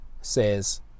Says